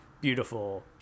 beautiful